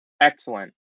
excellent